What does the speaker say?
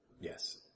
Yes